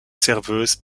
serveuse